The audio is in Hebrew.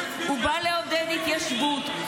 הוא בא לעודד התיישבות.